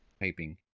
typing